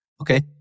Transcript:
okay